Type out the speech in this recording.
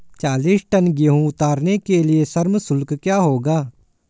चालीस टन गेहूँ उतारने के लिए श्रम शुल्क क्या होगा?